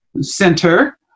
center